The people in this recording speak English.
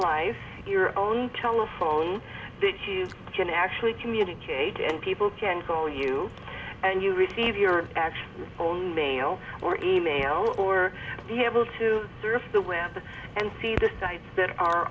life your own telephone that you join actually communicate and people can call you and you receive your actual own mail or email or be able to surf the web and see the sites that are